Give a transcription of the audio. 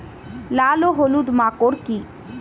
লাল ও হলুদ মাকর কী?